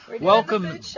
Welcome